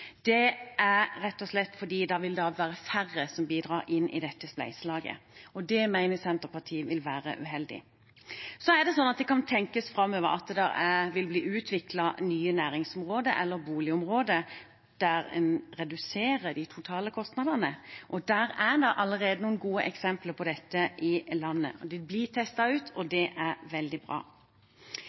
Det er rett og slett fordi det da vil være færre som bidrar inn i dette spleiselaget, og det mener Senterpartiet vil være uheldig. Så er det sånn at det kan tenkes framover at det vil bli utviklet nye næringsområder eller boligområder, der en reduserer de totale kostnadene. Det er allerede noen gode eksempler på det i landet. Det blir testet ut, og det er veldig bra.